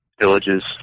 villages